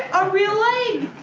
a real leg!